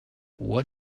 what